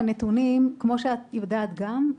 כמו שאת יודעת גם,